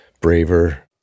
braver